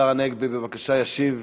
השר הנגבי, בבקשה, ישיב